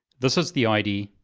this is the id.